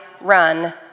run